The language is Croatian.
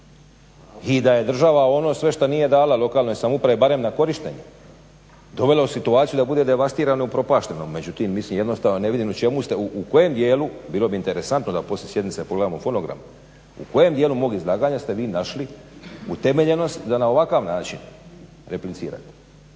i da je država ono sve što nije dala lokalnoj samoupravi barem na korištenje dovela u situaciju da bude devastirana i upropaštena. Međutim, mislim jednostavno ne vidim u čemu ste, u kojem dijelu, bilo bi interesantno da poslije sjednice pogledamo fonogram, u kojem dijelu mog izlaganja ste vi našli utemeljenost da na ovakav način replicirate.